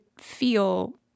feel